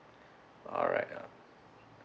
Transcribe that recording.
alright um